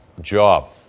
job